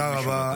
תודה רבה.